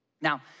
Now